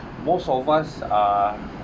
most of us are